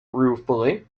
ruefully